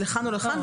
לכאן או לכאן.